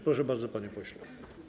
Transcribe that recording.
Proszę bardzo, panie pośle.